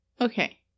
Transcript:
Okay